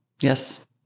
Yes